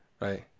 Right